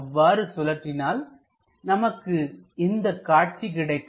அவ்வாறு சுழற்றினால் நமக்கு இந்த காட்சி கிடைக்கும்